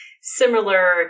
similar